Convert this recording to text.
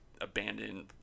abandoned